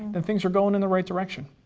then things are going in the right direction.